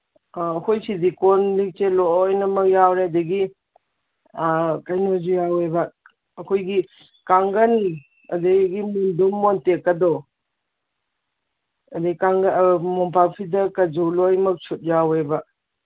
ꯑꯩꯈꯣꯏ ꯁꯤꯗꯤ ꯀꯣꯜꯂꯤꯛꯁꯦ ꯂꯣꯏꯅꯃꯛ ꯌꯥꯎꯔꯦ ꯑꯗꯒꯤ ꯀꯩꯅꯣꯁꯨ ꯌꯥꯎꯋꯦꯕ ꯑꯩꯈꯣꯏꯒꯤ ꯀꯥꯡꯒꯟ ꯑꯗꯒꯤ ꯃꯣꯟꯗꯨꯝ ꯃꯣꯟꯇꯦꯛꯀꯗꯣ ꯑꯗꯩ ꯃꯣꯝꯄꯥꯛ ꯐꯤꯗꯛꯒꯁꯨ ꯂꯣꯏꯃꯛ ꯁꯨꯠ ꯌꯥꯎꯋꯦꯕ